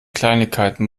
kleinigkeiten